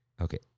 Okay